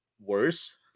worse